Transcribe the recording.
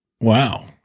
Wow